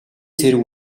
цэрэг